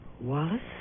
Wallace